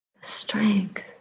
strength